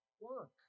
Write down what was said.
work